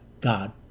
God